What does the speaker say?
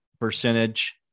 percentage